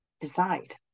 decide